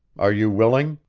are you willing?